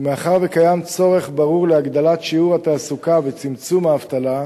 ומאחר שקיים צורך ברור בהגדלת שיעור התעסוקה וצמצום האבטלה,